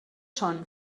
són